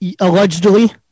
Allegedly